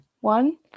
one